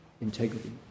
integrity